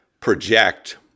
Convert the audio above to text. project